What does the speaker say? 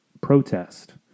protest